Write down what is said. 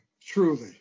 truly